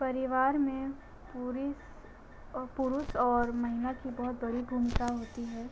परिवार में पूरी पुरुष और महिला की बहुत बड़ी भूमिका होती है